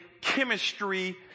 chemistry